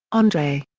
andre.